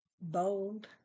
Bold